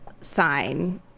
sign